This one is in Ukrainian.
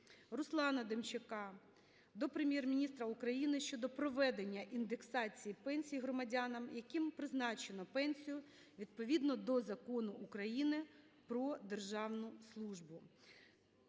Руслана Демчака до Прем'єр-міністра України щодо проведення індексації пенсій громадянам, яким призначено пенсію відповідно до Закону України "Про державну службу".